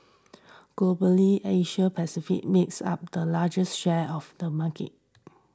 Globally Asia Pacific makes up the largest share of the market